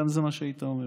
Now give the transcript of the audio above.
גם את זה היית אומר,